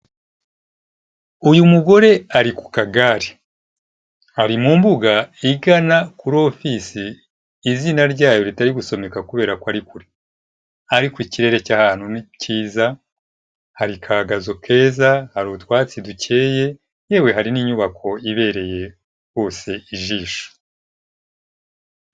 Uyu mugore ari ku kagare, ari mu mbuga igana kuri ofisi, izina ryayo ritari gusomeka kubera ko ari kure, ariko ikirere cy'aha hantu ni cyiza, hari ka gazo keza, hari utwatsi dukeye, yewe hari n'inyubako ibereye rwose ijisho.